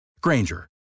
Granger